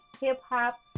hip-hop